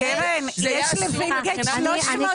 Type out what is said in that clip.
קרן, יש לווינגיט 300 קורסים ברחבי הארץ.